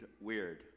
weird